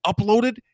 uploaded